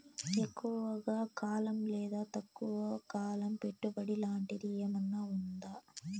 ఎక్కువగా కాలం లేదా తక్కువ కాలం పెట్టుబడి లాంటిది ఏమన్నా ఉందా